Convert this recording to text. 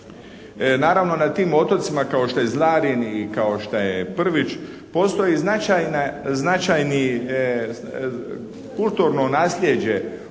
Naravno, na tim otocima kao što je Zlarin i kao što je Prvić postoji značajni kulturno naslijeđe